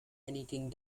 anything